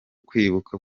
kwibuka